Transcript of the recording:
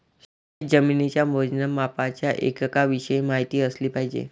शेतजमिनीच्या मोजमापाच्या एककांविषयी माहिती असली पाहिजे